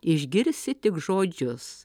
išgirsi tik žodžius